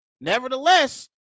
nevertheless